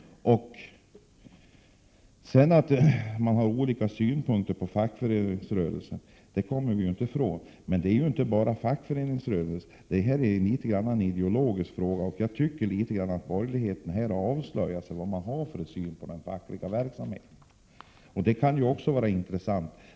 Att vi har olika synpunkter på fackföreningsrörelsen kommer vi inte ifrån, men det gäller inte bara fackföreningsrörelsen — det här är något av en ideologisk fråga. Jag tycker att borgerligheten här har avslöjat hur man ser på den fackliga verksamheten, och det kan ju också vara intressant.